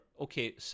Okay